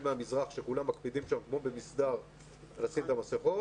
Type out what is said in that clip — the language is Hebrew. ממזרח שכולם מקפידים שם כמו במסדר לשים את המסכות